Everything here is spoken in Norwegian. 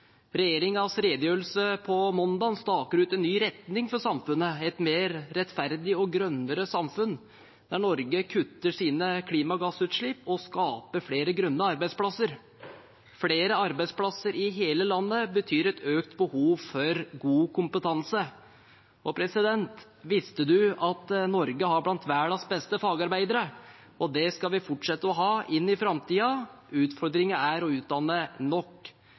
redegjørelse på mandag staker ut en ny retning for samfunnet, for et mer rettferdig og grønnere samfunn der Norge kutter sine klimagassutslipp og skaper flere grønne arbeidsplasser. Flere arbeidsplasser i hele landet betyr et økt behov for god kompetanse. Og president: Visste du at Norge har noen av verdens beste fagarbeidere? Det skal vi fortsette å ha inn i framtiden. Utfordringen er å utdanne nok.